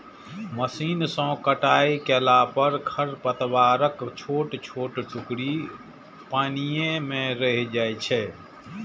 machine सं कटाइ कयला पर खरपतवारक छोट छोट टुकड़ी पानिये मे रहि जाइ छै